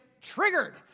triggered